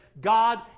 God